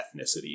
ethnicity